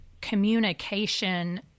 communication